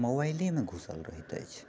मोबाइलेमऽ घुसल रहैत अछि